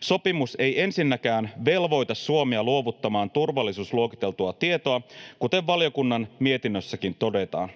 Sopimus ei ensinnäkään velvoita Suomea luovuttamaan turvallisuusluokiteltua tietoa, kuten valiokunnan mietinnössäkin todetaan,